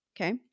Okay